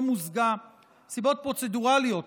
סיבות פרוצדורליות,